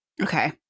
Okay